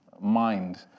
mind